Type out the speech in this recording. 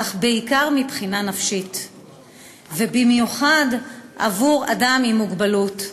אך בעיקר מבחינה נפשית ובמיוחד עבור האדם עם מוגבלות,